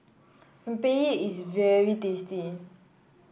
rempeyek is very tasty